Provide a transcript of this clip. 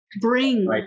Bring